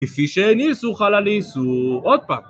כפי שאין איסור חל על איסור. עוד פעם